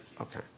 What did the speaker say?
Okay